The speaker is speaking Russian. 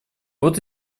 вот